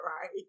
right